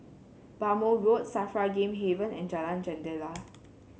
Bhamo Road Safra Game Haven and Jalan Jendela